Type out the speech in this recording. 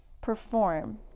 perform